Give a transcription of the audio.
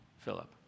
Philip